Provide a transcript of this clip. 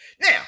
Now